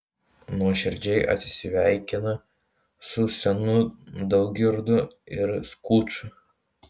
nuoširdžiai atsisveikina su senu daugirdu ir skuču